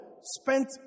Spent